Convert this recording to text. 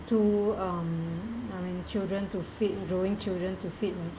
two um I mean children to feed uh growing children to feed